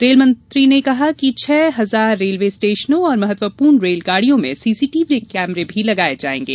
rail मंत्री ने कहा कि छह हजार रेलवे स्टेशनों और महत्वपूर्ण रेलगाडियों में सीसीटीवी कैमरे लगाये जायेंगे